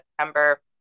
September